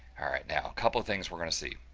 alright. now, a couple of things we're going to see